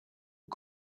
aux